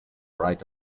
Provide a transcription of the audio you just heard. right